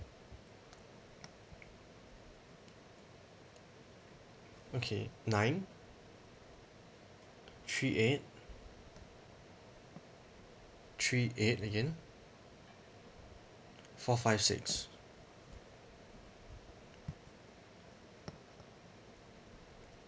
okay nine three eight three eight again four five six